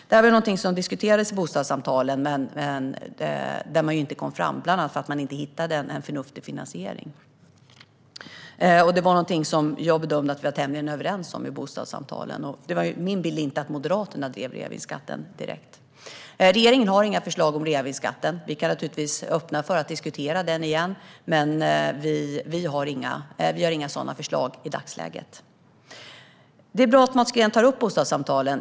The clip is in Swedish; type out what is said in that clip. Detta var någonting som diskuterades i bostadssamtalen, men man kom inte framåt - bland annat för att man inte hittade en förnuftig finansiering. Det var också någonting jag bedömde att vi var tämligen överens om i bostadssamtalen, och min bild är inte direkt att Moderaterna drev frågan om reavinstskatten. Regeringen har inga förslag om reavinstskatten. Vi kan naturligtvis öppna för att diskutera den igen, men vi har inga sådana förslag i dagsläget. Det är bra att Mats Green tar upp bostadssamtalen.